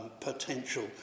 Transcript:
potential